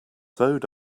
sewed